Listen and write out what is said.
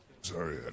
Sorry